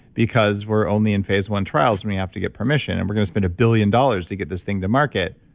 because we're only in phase one trials. we have to get permission, and we're going to spend a billion dollars to get this thing to market.